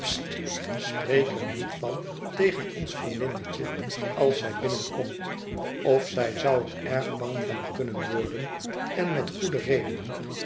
er niet van tegen ons vriendinnetje als zij binnenkomt of zij zou er erg bang van kunnen worden en met goede reden